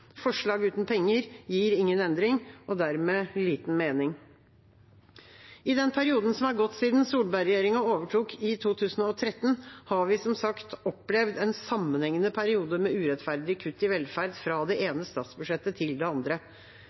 Forslag uten penger gir ingen endring og dermed liten mening. I den perioden som har gått siden Solberg-regjeringa overtok i 2013, har vi, som sagt, opplevd en sammenhengende periode med urettferdige kutt i velferd, fra det ene statsbudsjettet til det andre.